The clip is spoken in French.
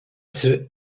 cet